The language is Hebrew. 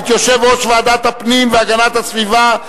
את יושב-ראש ועדת הפנים והגנת הסביבה,